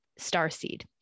starseed